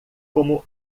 como